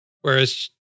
Whereas